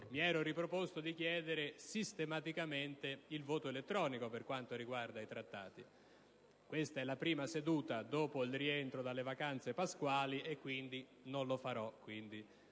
mi ero riproposto di chiedere sistematicamente il voto elettronico per quanto riguarda i Trattati; questa è la prima seduta dopo il rientro dalle vacanze pasquali e quindi non lo farò.